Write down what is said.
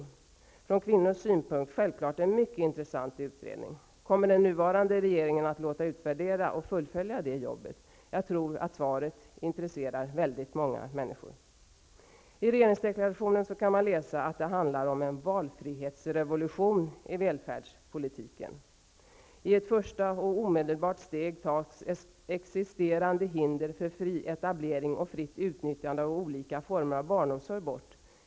Det var självklart en från kvinnors synpunkt mycket intressant utredning. Kommer den nuvarande regeringen att låta utvärdera och fullfölja det jobbet? Jag tror att svaret på den frågan intresserar många människor. I regeringsdeklarationen kan man läsa att ''det handlar om en valfrihetsrevolution i välfärdspolitiken''. Det står vidare: ''I ett första och omedelbart steg tas existerande hinder för fri etablering och fritt utnyttjande av olika former av barnomsorg bort.''